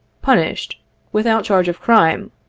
punished without charge of crime,